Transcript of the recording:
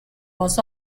was